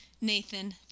Nathan